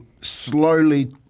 slowly